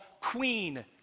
Queen